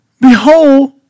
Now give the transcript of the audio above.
Behold